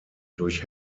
durch